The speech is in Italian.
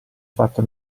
fatto